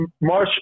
March